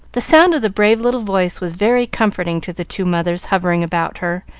the sound of the brave little voice was very comforting to the two mothers hovering about her,